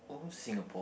old Singapore